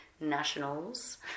nationals